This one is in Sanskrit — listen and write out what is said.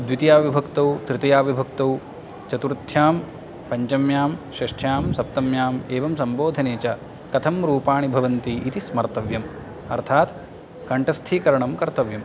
द्वितीयविभक्तौ तृतीयाविभक्तौ चतुर्थ्यां पञ्चम्यां षष्ठ्यां सप्तम्याम् एवं सम्बोधने च कथं रूपाणि भवन्ति इति स्मर्तव्यं अर्थात् कण्टस्थीकरणं कर्तव्यम्